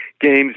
games